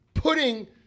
Putting